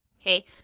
Okay